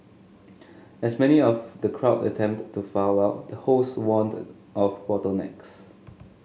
as many of the crowd attempted to file out the hosts warned of bottlenecks